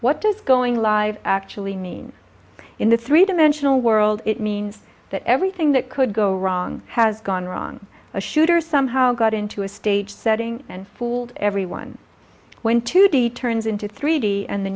what does going live actually means in the three dimensional world it means that everything that could go wrong has gone wrong a shooter somehow got into a stage setting and fooled everyone went to the turns into three d and the